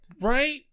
Right